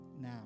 Now